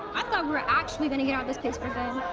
i thought we were actually going to get out of this place for good.